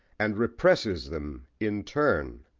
and represses them in turn,